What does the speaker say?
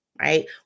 right